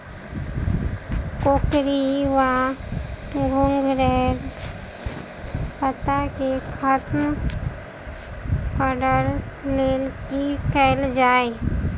कोकरी वा घुंघरैल पत्ता केँ खत्म कऽर लेल की कैल जाय?